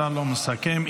מסכם.